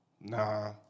nah